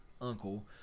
uncle